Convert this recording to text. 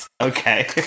Okay